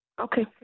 Okay